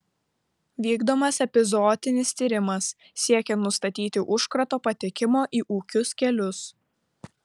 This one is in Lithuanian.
vykdomas epizootinis tyrimas siekiant nustatyti užkrato patekimo į ūkius kelius